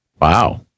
Wow